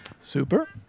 Super